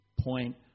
point